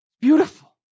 Beautiful